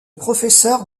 professeur